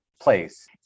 place